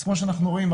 אז כמו שאתם רואים,